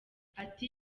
ati